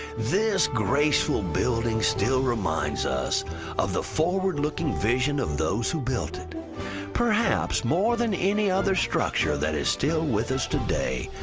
this graceful building still reminds us of the forward looking vision of those who built it perhaps more than any other structure that is still with us today.